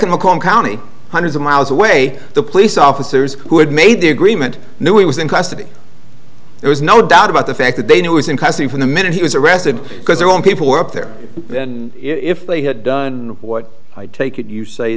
mcallen county hundreds of miles away the police officers who had made the agreement knew he was in custody there was no doubt about the fact that they knew i was in custody from the minute he was arrested because their own people were up there if they had done what i take it you say